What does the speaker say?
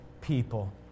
people